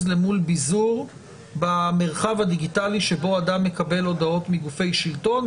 למול ביזור במרחב הדיגיטלי שבו אדם מקבל הודעות מגופי שלטון.